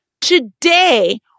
today